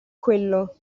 quello